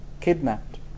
kidnapped